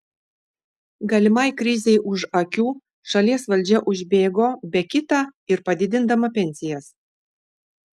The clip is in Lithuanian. galimai krizei už akių šalies valdžia užbėgo be kita ir padidindama pensijas